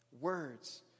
words